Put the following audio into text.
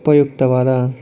ಉಪಯುಕ್ತವಾದ